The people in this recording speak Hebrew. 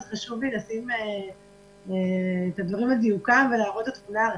אז חשוב לי לשים דברים על דיוקם ולהראות את התמונה הרחבה.